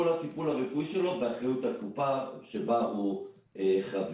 כל הטיפול הרפואי שלו באחריות הקופה שבה הוא חבר.